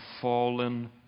fallen